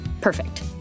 perfect